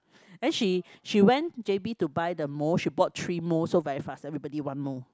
and she she went j_b to buy the mold she bought three mold so very fast everybody one mold